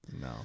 no